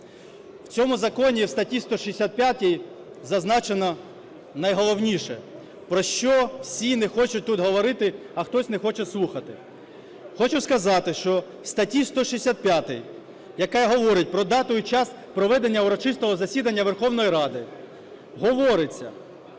В цьому законі, в статті 165, зазначено найголовніше, про що всі не хочуть тут говорити, а хтось не хоче слухати. Хочу сказати, що в статті 165, яка говорить про дату і час проведення урочистого засідання Верховної Ради говориться,